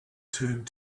turned